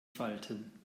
falten